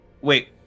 Wait